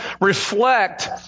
reflect